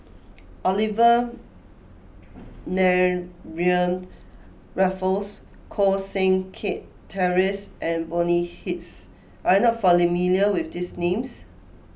Olivia Mariamne Raffles Koh Seng Kiat Terence and Bonny Hicks are you not familiar with these names